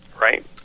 right